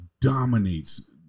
dominates